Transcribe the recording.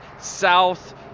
South